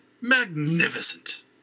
magnificent